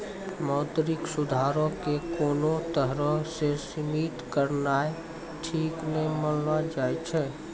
मौद्रिक सुधारो के कोनो तरहो से सीमित करनाय ठीक नै मानलो जाय छै